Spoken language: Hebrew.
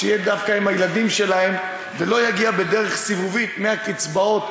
שיהיה דווקא לילדים שלהם ולא יגיע בדרך סיבובית מהקצבאות,